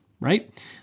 right